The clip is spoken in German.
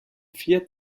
vier